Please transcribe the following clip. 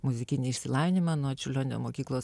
muzikinį išsilavinimą nuo čiurlionio mokyklos